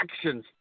actions